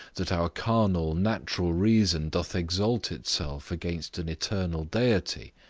that our carnal, natural reason doth exalt itself against an eternal deity,